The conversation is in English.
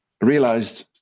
realized